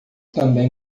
também